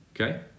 okay